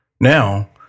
Now